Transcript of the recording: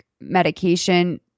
medication